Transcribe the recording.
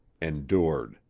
endured.